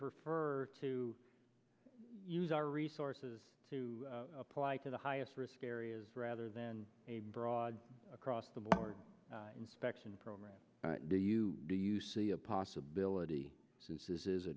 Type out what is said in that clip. prefer to use our resources to apply to the highest risk areas rather than a broad across the board inspection program do you do you see a possibility since this is a